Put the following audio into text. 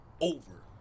over